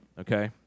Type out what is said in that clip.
Okay